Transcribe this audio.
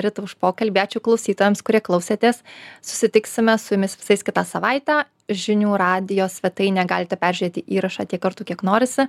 rita už pokalbį ačiū klausytojams kurie klausėtės susitiksime su jumis visais kitą savaitę žinių radijo svetainę galite peržiūrėti įrašą tiek kartų kiek norisi